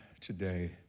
today